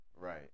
Right